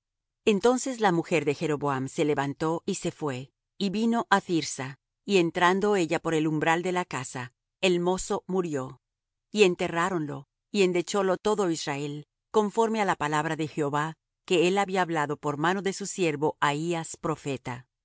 entonces la mujer de jeroboam se levantó y se fué y vino á thirsa y entrando ella por el umbral de la casa el mozo murió y enterráronlo y endechólo todo israel conforme á la palabra de jehová que él había hablado por mano de su siervo ahías profeta